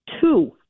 two